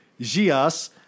Gias